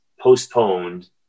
postponed